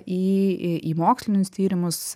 į į mokslinius tyrimus